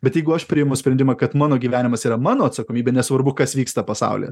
bet jeigu aš priimu sprendimą kad mano gyvenimas yra mano atsakomybė nesvarbu kas vyksta pasaulyje